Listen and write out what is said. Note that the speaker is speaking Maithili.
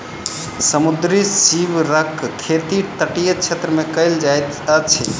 समुद्री सीवरक खेती तटीय क्षेत्र मे कयल जाइत अछि